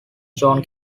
john